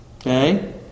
Okay